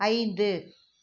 ஐந்து